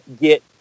get